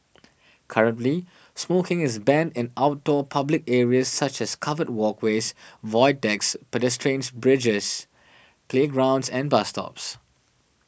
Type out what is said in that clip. currently smoking is banned in outdoor public areas such as covered walkways void decks pedestrians bridges playgrounds and bus stops